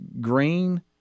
green